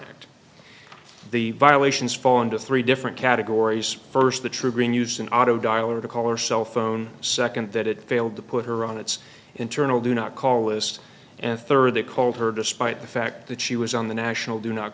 act the violations fall into three different categories first the triggering use an auto dialer to color cell phone second that it failed to put her on its internal do not call list and third they called her despite the fact that she was on the national do not